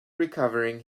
recovering